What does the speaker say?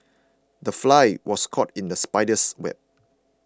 the fly was caught in the spider's web